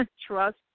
trust